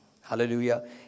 Hallelujah